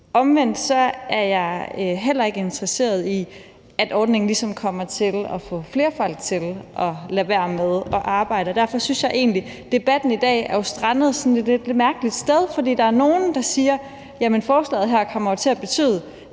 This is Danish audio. Omvendt er jeg heller ikke interesseret i, at ordningen ligesom kommer til at få flere folk til at lade være med at arbejde, og derfor synes jeg egentlig, at debatten i dag jo er strandet et sådan lidt mærkeligt sted. For der er nogle, der siger, at forslaget her kommer til at betyde,